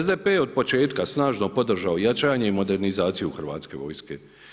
SDP je otpočetka snažno podržao jačanje i modernizaciju Hrvatske vojske.